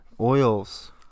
Oils